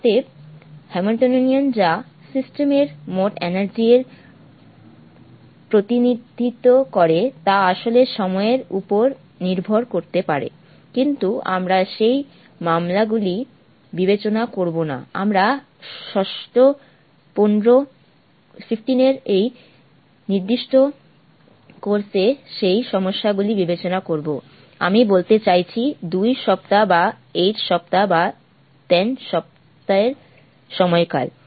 অতএব হ্যামিল্টনিয়ান যা সিস্টেম এর মোট এনার্জি এর প্রতিনিধিত্ব করে তা আসলে সময়ের উপর নির্ভর করতে পারে কিন্তু আমরা সেই মামলাগুলি বিবেচনা করব না আমরা শর্ট 15 এর এই নির্দিষ্ট কোর্স এ সেই সমস্যাগুলি বিবেচনা করব আমি বলতে চাইছি 2 সপ্তাহ বা 8 সপ্তাহ বা 10 সপ্তাহের সময়কাল